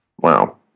wow